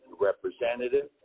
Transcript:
representative